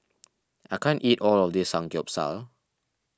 I can't eat all of this Samgyeopsal